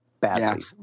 badly